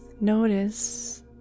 notice